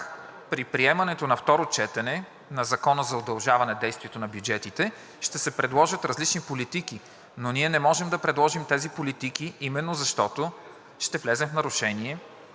при приемането на второ четене на Закона за удължаване действието на бюджетите ще се предложат различни политики, но ние не можем да предложим тези политики именно защото ще влезем в нарушение